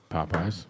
Popeyes